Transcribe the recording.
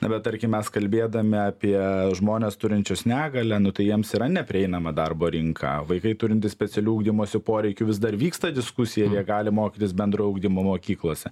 na bet tarkim mes kalbėdami apie žmones turinčius negalią nu tai jiems yra neprieinama darbo rinka vaikai turintys specialių ugdymosi poreikių vis dar vyksta diskusija ar jie gali mokytis bendro ugdymo mokyklose